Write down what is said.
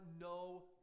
no